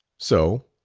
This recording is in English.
so?